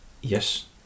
yes